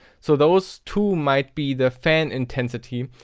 so those two might be the fan intensity.